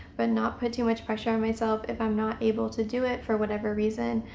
but not put too much pressure on myself if i'm not able to do it for whatever reason.